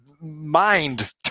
mind